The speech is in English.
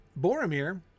Boromir